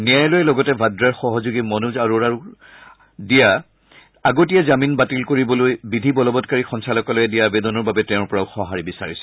ন্যায়ালয়ে লগতে ভাদ্ৰাৰ সহযোগী মনোজ অৰোৰাকো দিয়া আগতীয়া জামিন বাতিল কৰিবলৈ বিধি বলবৎকাৰী সঞ্চালকালয়ে দিয়া আৱেদনৰ বাবে তেওঁৰ পৰাও সহাৰি বিচাৰিছে